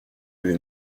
lui